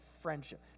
friendship